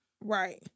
Right